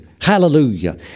Hallelujah